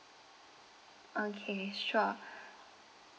okay sure